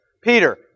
Peter